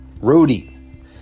Rudy